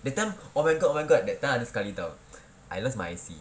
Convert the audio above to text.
that time oh my god oh my god that time ada sekali [tau] I lost my I_C